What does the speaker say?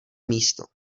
místo